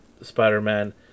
Spider-Man